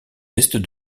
est